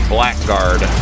Blackguard